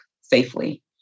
safely